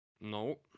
No